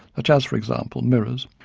such as, for example, mirrors,